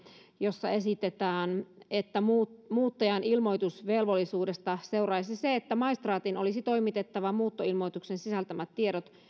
jossa esitetään että muuttajan ilmoitusvelvollisuudesta seuraisi se että maistraatin olisi toimitettava muuttoilmoituksen sisältämät tiedot